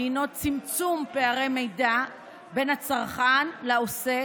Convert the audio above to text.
שהינו צמצום פערי מידע בין הצרכן לעוסק,